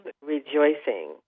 rejoicing